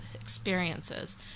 Experiences